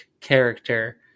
character